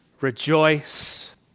rejoice